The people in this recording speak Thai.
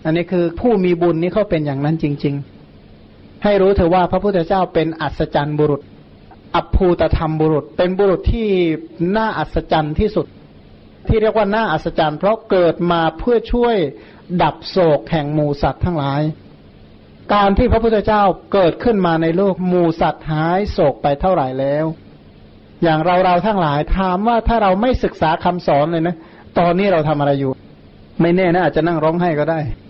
อันนี้คือผู้มีบุญนี้เขาเป็นอย่างนั้นจริงๆ ให้รู้เถอะว่าพระพุทธเจ้าเป็นอัศจรรย์บุรุษ อัภูตธรรมบุรุษ เป็นบุรุษที่น่าอัศจรรย์ที่สุด ที่เรียกว่าน่าอัศจรรย์เพราะเกิดมาเพื่อช่วยดับโศกแห่งหมู่สัตว์ทั้งหลาย การที่พระพุทธเจ้าเกิดขึ้นมาในโลก หมู่สัตว์หายโศกไปเท่าไหร่แล้ว อย่างเราๆทั้งหลาย ถามว่าถ้าเราไม่ศึกษาคำสอนเลยนะ ตอนนี้เราทำอะไรอยู่? ไม่แน่นะ อาจจะนั่งร้องไห้ก็ได้